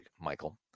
michael